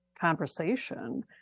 conversation